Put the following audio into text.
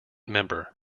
member